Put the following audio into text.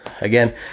Again